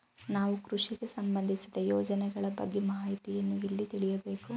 ನಾವು ಕೃಷಿಗೆ ಸಂಬಂದಿಸಿದ ಯೋಜನೆಗಳ ಬಗ್ಗೆ ಮಾಹಿತಿಯನ್ನು ಎಲ್ಲಿ ತಿಳಿಯಬೇಕು?